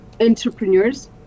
entrepreneurs